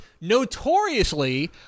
notoriously